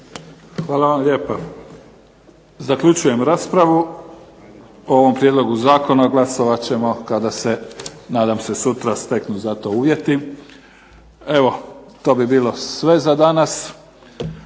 Hvala vam lijepa. Zaključujem raspravu o ovom prijedlogu zakona. Glasovat ćemo kada se nadam se sutra steknu za to uvjeti. Evo to bi bilo sve za danas.